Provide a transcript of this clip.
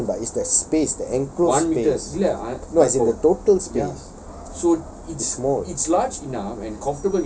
the station but it's that space that enclosed space no as in the total space is more